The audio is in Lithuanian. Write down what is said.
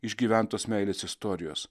išgyventos meilės istorijos